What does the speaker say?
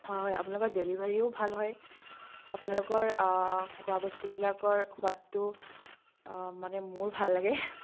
হয় হয় আপোনালোকৰ ডেলিভাৰীও ভাল হয় আপোনালোকৰ খোৱা বস্তুবিলাকৰ সোৱাদটো মানে মোৰ ভাল লাগে